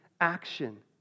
action